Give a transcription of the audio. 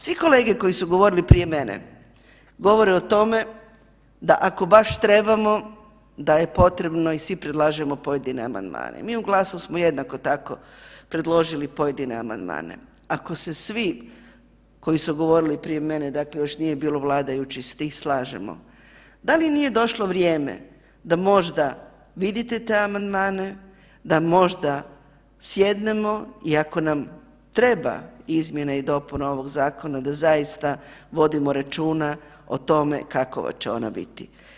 Svi kolege koji su govorili prije mene, govore o tome da ako baš trebamo da je potrebo i svi predlažemo pojedine amandmane, mi u GLASU smo jednako tako predložili pojedine amandmane, ako se svi koji su govorili prije mene, dakle još nije bilo vladajućih s tim slažemo, da li nije došlo vrijeme da možda vidite te amandmane, da možda sjednemo i ako nam treba izmjena i dopuna ovoga zakona da zaista vodimo računa o tome kakva će ona biti.